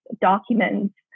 documents